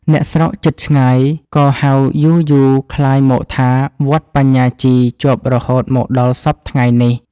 អ្នកស្រុកជិតឆ្ងាយក៏ហៅយារៗក្លាយមកថា "វត្តបញ្ញាជី" ជាប់រហូតមកដល់សព្វថ្ងៃនេះ។